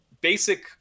basic